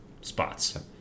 spots